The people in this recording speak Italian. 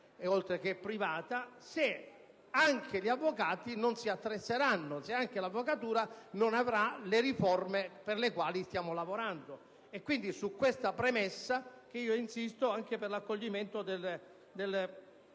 nostro Paese, se anche gli avvocati non si attrezzeranno, se anche l'avvocatura non avrà le riforme per le quali stiamo lavorando. Quindi, su questa premessa, insisto anche per l'accoglimento dell'emendamento